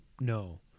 no